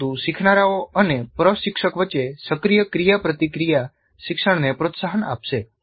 પરંતુ શીખનારાઓ અને પ્રશિક્ષક વચ્ચે સક્રિય ક્રિયાપ્રતિક્રિયા શિક્ષણને પ્રોત્સાહન આપશે